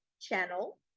channel